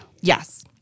Yes